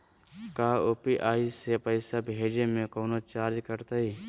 का यू.पी.आई से पैसा भेजे में कौनो चार्ज कटतई?